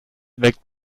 weckt